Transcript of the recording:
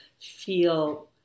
feel